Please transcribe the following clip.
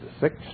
six